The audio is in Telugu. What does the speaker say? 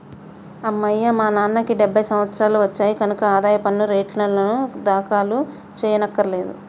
అమ్మయ్యా మా నాన్నకి డెబ్భై సంవత్సరాలు వచ్చాయి కనక ఆదాయ పన్ను రేటర్నులు దాఖలు చెయ్యక్కర్లేదులే